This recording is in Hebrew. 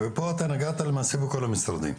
פה אתה נגעת למעשה בכל המשרדים?